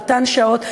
על אותן שעות,